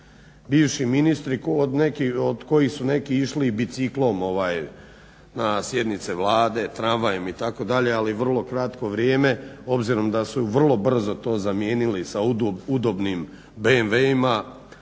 bivši ministri koji su neki išli i biciklom na sjednice Vlade, tramvajem itd. ali vrlo kratko vrijeme obzirom da su vrlo brzo to zamijenili sa udobnim BMW-ima,